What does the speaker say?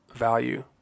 value